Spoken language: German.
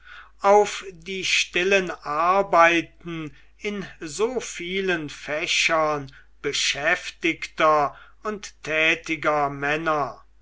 auf die stillen arbeiten in so vielen fächern beschäftigter und tätiger männer